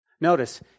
Notice